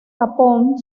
japón